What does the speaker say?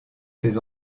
ses